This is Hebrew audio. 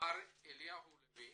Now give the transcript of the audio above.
מר אליהו לוי